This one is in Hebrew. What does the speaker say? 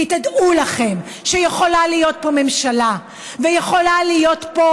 כי תדעו לכם שיכולה להיות פה ממשלה ויכולה להיות פה